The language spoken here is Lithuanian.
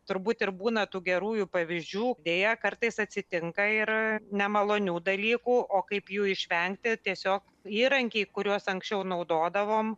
turbūt ir būna tų gerųjų pavyzdžių deja kartais atsitinka ir nemalonių dalykų o kaip jų išvengti tiesiog įrankiai kuriuos anksčiau naudodavom